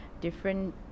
different